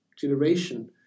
generation